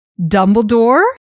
Dumbledore